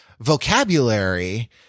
vocabulary